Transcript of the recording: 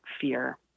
fear